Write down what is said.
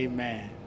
Amen